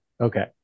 Okay